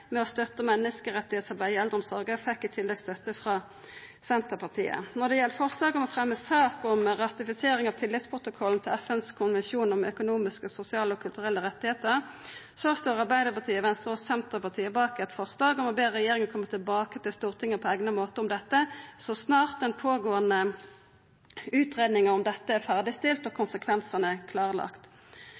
med å støtta menneskerettsarbeid i eldreomsorga, fekk i tillegg støtte frå Senterpartiet. Når det gjeld forslaget om å fremja ei sak om ratifisering av tilleggsprotokollen til FNs konvensjon om økonomiske, sosiale og kulturelle rettar, står Arbeidarpartiet, Venstre og Senterpartiet bak eit forslag om å be regjeringa koma tilbake til Stortinget på eigna måte med ei sak om dette så snart den pågåande utgreiinga om dette er ferdigstilt og konsekvensane